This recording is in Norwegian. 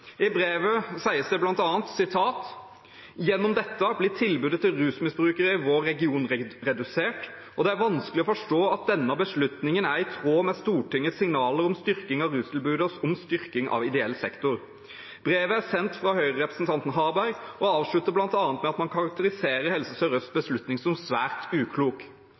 I brevet sies det bl.a.: «Gjennom dette blir tilbudet til rusmisbrukere i vår region redusert, og det er vanskelig å forstå at denne beslutningen er i tråd med Stortingets signaler om styrking av rustilbudet, og om styrking av ideell sektor.» Brevet er sendt av Høyre-representanten Harberg og avslutter bl.a. med at man karakteriserer Helse Sør-Østs beslutning som «svært uklok».